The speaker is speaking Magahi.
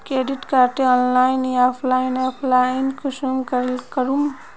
क्रेडिट कार्डेर ऑनलाइन या ऑफलाइन अप्लाई कुंसम करे करूम?